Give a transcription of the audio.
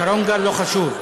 שרון גל לא חשוב.